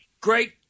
Great